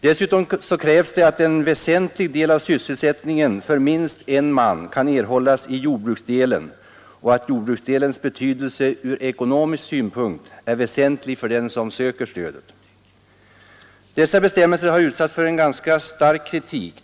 Dessutom krävs att en väsentlig del av sysselsättningen för minst en man kan erhållas i jordbruksdelen och att jordbruksdelens betydelse ur ekonomisk synpunkt är väsentlig för den som söker stödet. Dessa bestämmelser har utsatts för ganska stark kritik.